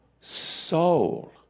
soul